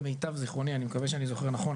למיטב זכרוני ואני מקווה שאני זוכר נכון,